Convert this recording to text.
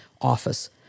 office